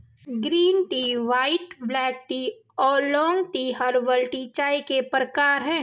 green tea white black tea oolong tea herbal tea चाय के प्रकार है